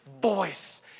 voice